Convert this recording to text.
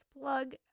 plug